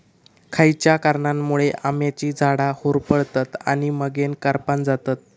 खयच्या कारणांमुळे आम्याची झाडा होरपळतत आणि मगेन करपान जातत?